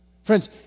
Friends